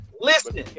listen